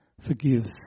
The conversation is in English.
forgives